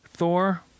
Thor